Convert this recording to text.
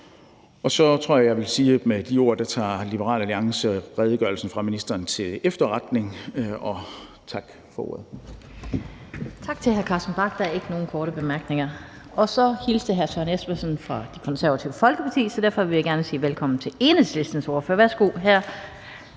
at jeg vil sige, at med de ord tager Liberal Alliance redegørelsen fra ministeren til efterretning. Tak for ordet. Kl. 17:59 Den fg. formand (Annette Lind): Tak til hr. Carsten Bach. Der er ikke nogen korte bemærkninger. Så hilste hr. Søren Espersen fra Det Konservative Folkeparti, så derfor vil jeg gerne sige velkommen til Enhedslistens ordfører, og det